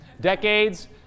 decades